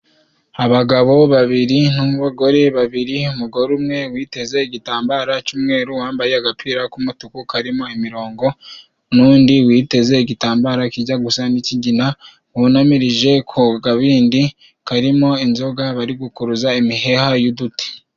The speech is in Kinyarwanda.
Abagabo babiri n'abagore babiri. Umugore umwe witeze igitambaro cy'umweru wambaye agapira k'umutuku karimo imirongo, n'undi witeze igitambaro kijya gusa n'ikigina, bunamirije ku kabindi karimo inzoga bari gukuruza imiheha y'uduti.